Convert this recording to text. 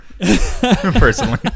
personally